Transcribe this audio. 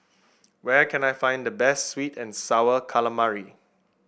where can I find the best sweet and sour calamari